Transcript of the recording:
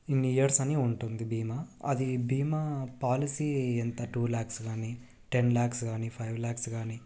ఇన్ని ఇయర్స్ అని ఉంటుంది భీమా అది భీమా పాలసీ ఎంత టూ ల్యాక్స్ కానీ టెన్ ల్యాక్స్ కానీ ఫైవ్ ల్యాక్స్ కానీ